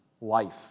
life